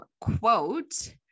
quote